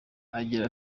agira